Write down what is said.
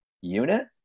unit